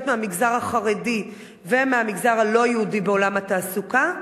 מהמגזר החרדי ומהמגזר הלא-יהודי בעולם התעסוקה.